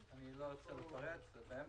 לא נותנים משכנתאות בכלל כדי לקנות דירות בעיר